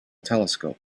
telescope